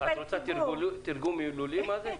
את רוצה תרגום מילולי מה זה?